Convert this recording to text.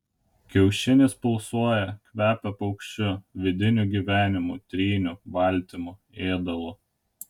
kiaušinis pulsuoja kvepia paukščiu vidiniu gyvenimu tryniu baltymu ėdalu